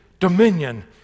Dominion